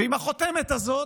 ועם החותמת הזאת